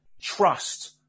trust